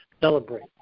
celebrate